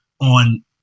on